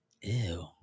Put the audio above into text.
Ew